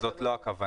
זאת לא הכוונה.